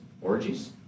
orgies